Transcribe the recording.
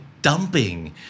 dumping